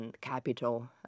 Capital